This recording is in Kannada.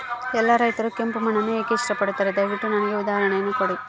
ಎಲ್ಲಾ ರೈತರು ಕೆಂಪು ಮಣ್ಣನ್ನು ಏಕೆ ಇಷ್ಟಪಡುತ್ತಾರೆ ದಯವಿಟ್ಟು ನನಗೆ ಉದಾಹರಣೆಯನ್ನ ಕೊಡಿ?